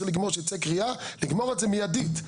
שתצא קריאה לגמור את זה מידית,